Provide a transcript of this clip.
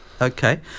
Okay